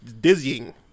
dizzying